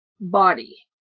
body